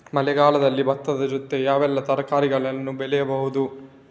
ಮಳೆಗಾಲದಲ್ಲಿ ಭತ್ತದ ಜೊತೆ ಯಾವೆಲ್ಲಾ ತರಕಾರಿಗಳನ್ನು ಬೆಳೆಯಬಹುದು?